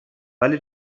ولی